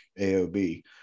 AOB